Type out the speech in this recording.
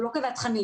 הוא לא קובע תכנים,